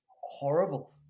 horrible